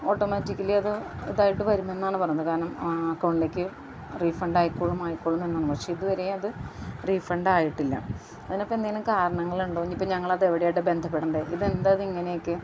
automatically അത് ഇതായിട്ട് വരുമെന്നാണ് പറയുന്നത് കാരണം ആ അക്കൗണ്ടിലേക്ക് റിഫണ്ടായിക്കോളും ആയിക്കോളുമെന്നാണ് പക്ഷേ ഇതുവരെ അത് റിഫണ്ടായിട്ടില്ല അതിനൊക്കെ എന്തെലും കാരണങ്ങൾ ഉണ്ടോ എന്ന് ഇപ്പം ഞങ്ങൾ ഇതെവിടെ ആയിട്ടാണ് ബന്ധപ്പെടണ്ടേ ഇതെന്താ ഇത് ഇങ്ങനെ ഒക്കെ